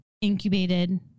incubated